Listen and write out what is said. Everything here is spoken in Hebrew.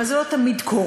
אבל זה לא תמיד קורה.